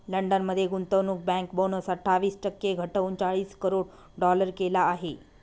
London मध्ये गुंतवणूक bank bonus अठ्ठावीस टक्के घटवून चाळीस करोड डॉलर केला आहे